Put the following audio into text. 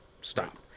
stop